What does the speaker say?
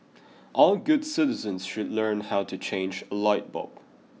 all good citizens should learn how to change a light bulb